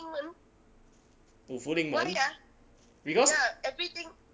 五福临门 because